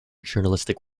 journalistic